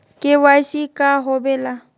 KYC का होवेला?